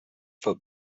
foot